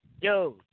Yo